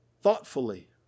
thoughtfully